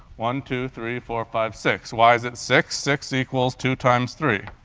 one, two, three, four, five, six. why is it six? six equals two times three.